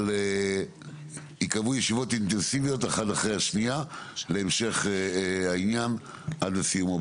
אבל ייקבעו ישיבות אינטנסיביות אחת אחרי השנייה להמשך העניין עד לסיומו,